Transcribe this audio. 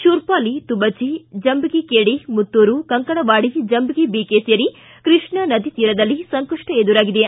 Shurpali Tubachi Jambagi KD Muttur Kankanawadi Jambagi BK ಸೇರಿ ಕೃಷ್ಣಾ ನದಿ ತೀರದಲ್ಲಿ ಸಂಕಷ್ಟ ಎದುರಾಗಿದೆ